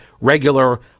regular